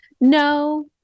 No